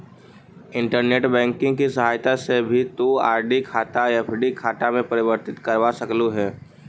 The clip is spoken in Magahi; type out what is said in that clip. इंटरनेट बैंकिंग की सहायता से भी तु आर.डी खाता एफ.डी में परिवर्तित करवा सकलू हे